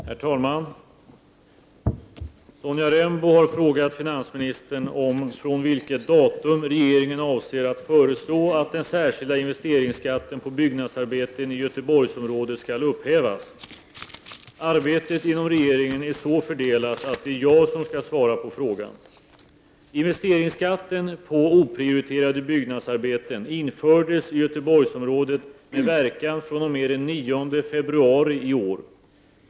Herr talman! Sonja Rembo har frågat finansministern från vilket datum regeringen avser att föreslå att den särskilda investeringsskatten på byggnadsarbeten i Göteborgsområdet skall upphävas. Arbetet inom regeringen är så fördelat att det är jag som skall svara på frågan. Investeringsskatten på oprioriterade byggnadsarbeten infördes i Göteborgsområdet med verkan fr.o.m. den 9 februari i år.